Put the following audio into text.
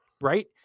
Right